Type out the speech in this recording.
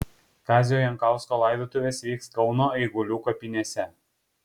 kazio jankausko laidotuvės vyks kauno eigulių kapinėse